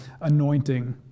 anointing